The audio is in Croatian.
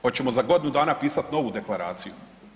Hoćemo za godinu dana pisat novu deklaraciju?